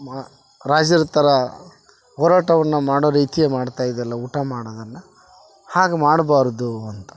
ಮ ರಾಜರ ಥರಾ ಹೋರಾಟವನ್ನ ಮಾಡೋ ರೀತಿಯೇ ಮಾಡ್ತಾ ಇದ್ಯಲ್ಲ ಊಟ ಮಾಡೋದನ್ನ ಹಾಗೆ ಮಾಡ್ಬಾರದು ಅಂತ